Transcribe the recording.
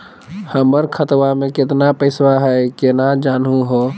हमर खतवा मे केतना पैसवा हई, केना जानहु हो?